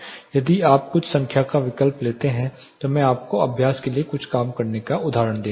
यदि आप कुछ संख्या का विकल्प देते हैं तो मैं आपको अपने अभ्यास के लिए कुछ काम करने के उदाहरण दे रहा हूं